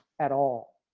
at all.